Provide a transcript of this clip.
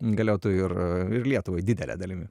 galiotų ir lietuvai didele dalimi